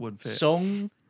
song